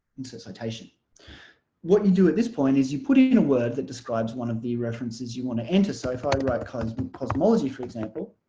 insert citation what you do at this point is you put it in a word that describes one of the references you want to enter so if i write cosmology cosmology for example